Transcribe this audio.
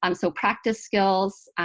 um so practice skills,